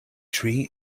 tree